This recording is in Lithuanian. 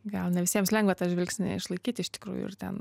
gal ne visiems lengva tą žvilgsnį išlaikyti iš tikrųjų ir ten